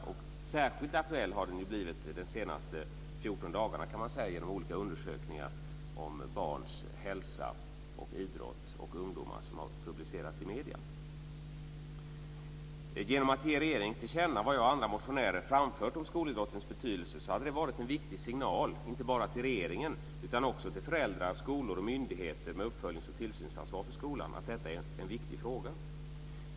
Och särskilt aktuell kan man säga att den ju har blivit under de senaste 14 dagarna genom olika undersökningar om barns och ungdomars hälsa och idrottande som har publicerats i medierna. Genom att ge regeringen till känna vad jag och andra motionärer har framfört om skolidrottens betydelse så hade det varit en viktig signal inte bara till regeringen utan också till föräldrar, skolor och myndigheter med uppföljnings och tillsynsansvar för skolan att detta är en viktig fråga.